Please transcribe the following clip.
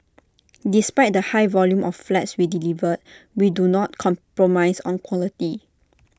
despite the high volume of flats we delivered we do not compromise on quality